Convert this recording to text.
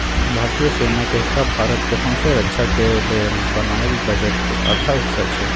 भारतीय सेना के हिस्सा भारत के सौँसे रक्षा के लेल बनायल बजट के आधा हिस्सा छै